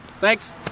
Thanks